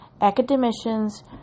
academicians